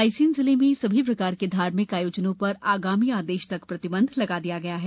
रायसेन जिले में सभी प्रकार के धार्मिक आयोजनों श्र आगामी आदेश तक प्रतिबंध लगा दिया गया है